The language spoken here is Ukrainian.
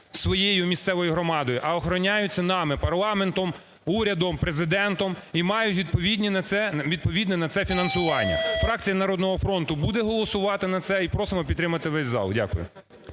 своєю місцевою громадою, а охороняються нами: парламентом, урядом, Президентом і мають відповідне на це фінансування. Фракція "Народного фронту" буде голосувати за це і просимо підтримати весь зал. Дякую.